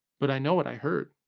but i know what i heard.